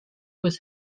was